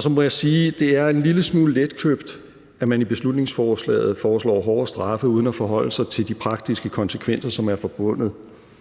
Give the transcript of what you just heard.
Så må jeg sige, at det er en lille smule letkøbt, at man i beslutningsforslaget foreslår hårdere straffe uden at forholde sig til de praktiske konsekvenser, som er forbundet